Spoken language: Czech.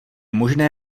možné